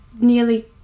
nearly